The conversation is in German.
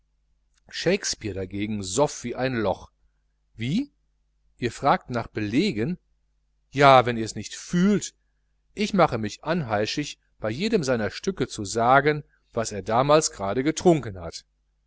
shakespeare dagegen soff wie ein loch wie ihr fragt nach den belegen ja wenn ihrs nicht fühlt ich mache mich anheischig bei jedem seiner stücke zu sagen was er damals gerade getrunken hat